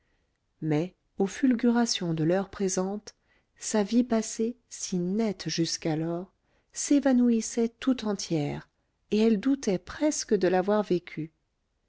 mais aux fulgurations de l'heure présente sa vie passée si nette jusqu'alors s'évanouissait tout entière et elle doutait presque de l'avoir vécue